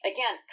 Again